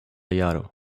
jaro